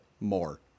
more